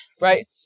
right